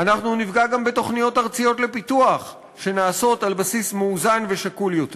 אנחנו נפגע גם בתוכניות ארציות לפיתוח שנעשות על בסיס מאוזן ושקול יותר.